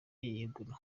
yegura